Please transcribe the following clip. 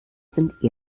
sind